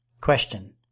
Question